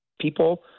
people